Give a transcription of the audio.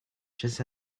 just